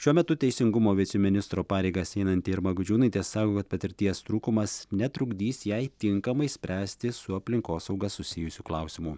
šiuo metu teisingumo viceministro pareigas einanti irma gudžiūnaitė sako kad patirties trūkumas netrukdys jai tinkamai spręsti su aplinkosauga susijusių klausimų